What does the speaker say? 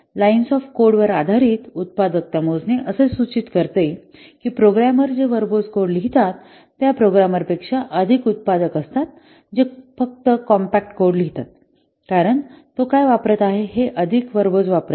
lines of code वर आधारित उत्पादकता मोजणे असे सूचित करते की प्रोग्रामर जे वर्बोज कोड लिहितात त्या प्रोग्रामरंपेक्षा अधिक उत्पादक असतात जे फक्त कॉम्पॅक्ट कोड लिहितात कारण तो काय वापरत आहे हे अधिक वर्बोज वापरत आहे